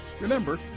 Remember